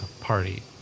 party